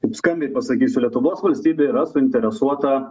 taip skambiai pasakysiu lietuvos valstybė yra suinteresuota